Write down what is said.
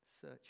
search